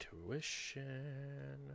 intuition